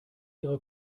ihrer